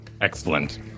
Excellent